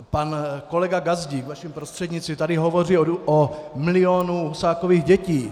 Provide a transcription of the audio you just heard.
Pan kolega Gazdík, vaším prostřednictvím, tady hovoří o milionu Husákových dětí.